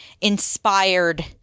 inspired